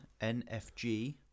NFG